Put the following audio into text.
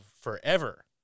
forever